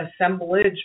assemblage